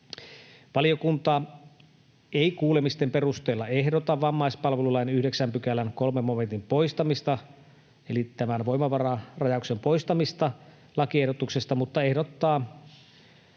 Valiokunta ei kuulemisten perusteella ehdota vammaispalvelulain 9 §:n 3 momentin poistamista, eli tämän voimavararajauksen poistamista lakiehdotuksesta, mutta ehdottaa